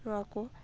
ᱱᱚᱣᱟ ᱠᱚ